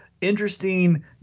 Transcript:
interesting